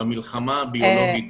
במלחמה הביולוגית